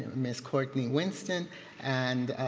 miss courtney winston and